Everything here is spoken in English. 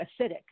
acidic